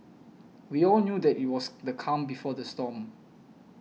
we all knew that it was the calm before the storm